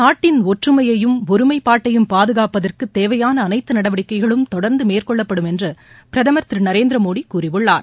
நாட்டின் ஒற்றுமையையும் ஒருமைப்பாட்டையும் பாதுகாப்பதற்கு தேவையான அனைத்து நடவடிக்கைகளும் தொடர்ந்து மேற்கொள்ளப்படும் என்று பிரதமர் திரு நரேந்திர மோடி கூறியுள்ளார்